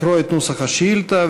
לקרוא את נוסח השאילתה,